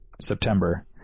September